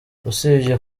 usibye